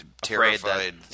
terrified